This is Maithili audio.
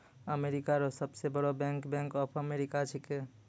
अमेरिका रो सब से बड़ो बैंक बैंक ऑफ अमेरिका छैकै